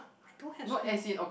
I don't have squig~